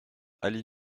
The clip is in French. allée